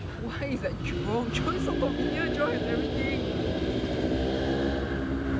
why it's at jurong jurong is so convenient jurong has everything